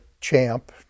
champ